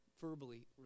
verbally